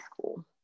school